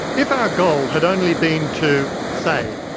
if our goal had only been to, say,